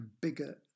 bigger